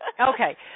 Okay